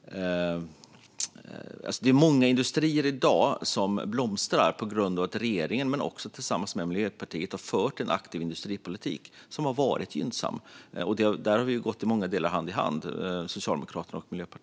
Det är många industrier i dag som blomstrar på grund av att regeringen, också tillsammans med Miljöpartiet, har fört en aktiv industripolitik som har varit gynnsam. Där har Socialdemokraterna och Miljöpartiet i många delar gått hand i hand.